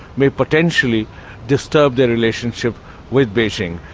may potentially disturb their relationship with beijing.